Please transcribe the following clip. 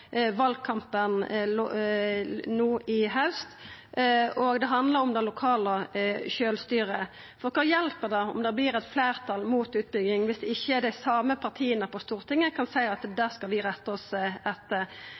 valkampen no i haust, og det handlar om det lokale sjølvstyret. For kva hjelper det om det vert eit fleirtal mot utbygging viss ikkje dei same partia på Stortinget kan seia at det skal vi retta oss etter?